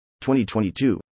2022